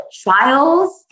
trials